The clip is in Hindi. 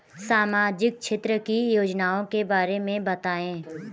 सामाजिक क्षेत्र की योजनाओं के बारे में बताएँ?